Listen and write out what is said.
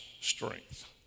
strength